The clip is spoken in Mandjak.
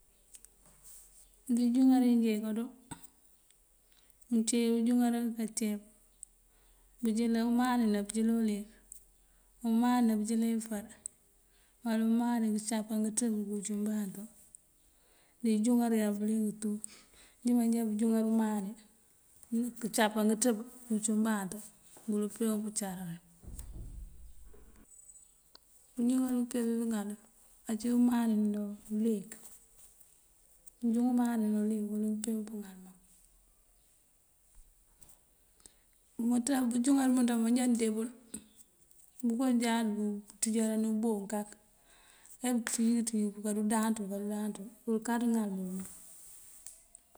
Njúŋáar iyi njee kodo uncíi bëënjúŋar káaceep, bëënjilan umani, ná bëënjilan uliyëk, umani na bëënjilan ifar; wala umani këëncáapan ngëţëb këëwuc umbantú. Di ínjúŋáarëyan bëliyënk tu, inji manjábu júŋar umani këëncáapan ngëţëb këëwuc umbantú, bul peebun pëëcar. Bëënjúŋar bí mpeempëŋal ací umani ná uliyëk. Bëënjúŋ umani ná uliyëk wulwi mpeewun pëëŋal mak. Bëëmëëntaŋ bëënjúŋar bëëmëënţ bun, máa já de bul bookoonjáaţ bëëntíjdari ubooŋ kak. Ajá bëëntíjin këëntíjin kadudaanţël, kadudaanţël wul káatëwun ŋal bul mak.